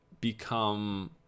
become